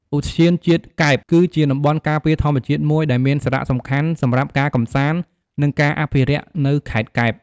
ឧទ្យានជាតិកែប គឺជាតំបន់ការពារធម្មជាតិមួយដែលមានសារៈសំខាន់សម្រាប់ការកម្សាន្ត និងការអភិរក្សនៅខេត្តកែប។